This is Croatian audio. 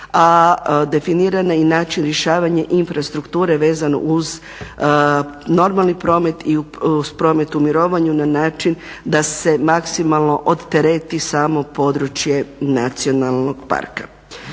a definiran je i način rješavanja infrastrukture vezano uz normalni promet i uz promet u mirovanju na način da se maksimalno odtereti samo područje nacionalnog parka.